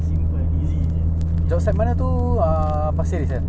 simple easy jer easy easy